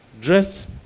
dressed